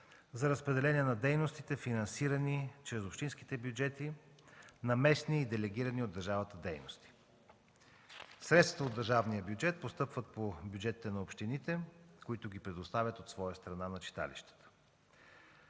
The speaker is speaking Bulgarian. за разпределение на дейностите, финансирани чрез общинските бюджети, на местни и делегирани от държавата дейности. Средствата от държавния бюджет постъпват по бюджетите на общините, които ги предоставят от своя страна на читалищата.